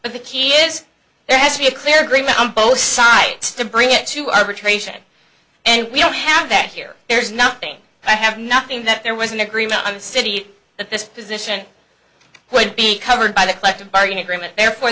but the key is there has to be a clear agreement on both sides to bring it to arbitration and we don't have that here there's nothing i have nothing that there was an agreement on the city that this position would be covered by the collective bargaining agreement therefore